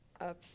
up